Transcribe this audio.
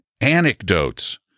anecdotes